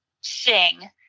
sing